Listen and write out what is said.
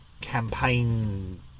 campaign